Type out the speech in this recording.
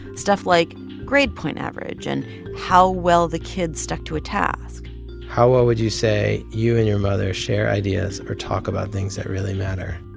stuff like grade point average and how well the kid stuck to a task how well would you say you and your mother share ideas or talk about things that really matter?